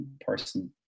person